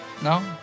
No